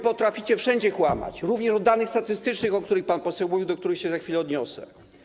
Potraficie wszędzie kłamać, również na temat danych statystycznych, o których pan poseł mówił, do których się za chwilę odniosę.